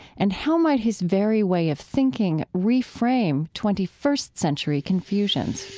and how might his very way of thinking reframe twenty first century confusions?